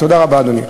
תודה רבה, אדוני.